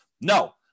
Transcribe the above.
no